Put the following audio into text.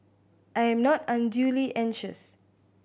I am not unduly anxious